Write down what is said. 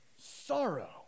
sorrow